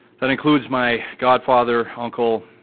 that includes my godfather, uncle,